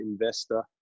investor